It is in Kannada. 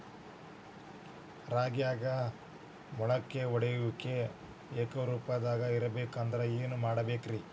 ರಾಗ್ಯಾಗ ಮೊಳಕೆ ಒಡೆಯುವಿಕೆ ಏಕರೂಪದಾಗ ಇರಬೇಕ ಅಂದ್ರ ಏನು ಮಾಡಬೇಕ್ರಿ?